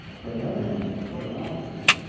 but on the other hand, if you're an artist,